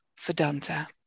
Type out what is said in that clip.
Vedanta